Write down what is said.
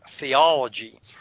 theology